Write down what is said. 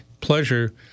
pleasure